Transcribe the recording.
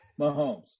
Mahomes